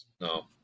No